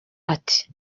ati